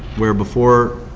where before,